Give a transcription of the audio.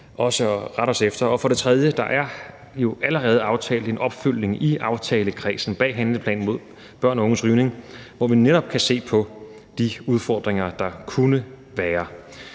til at rette os efter. For det tredje: Der er allerede aftalt en opfølgning i aftalekredsen bag handleplanen mod børn og unges rygning, hvor vi netop skal se på de udfordringer, der kunne være.